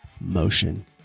motion